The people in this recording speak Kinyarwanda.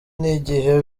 n’igihe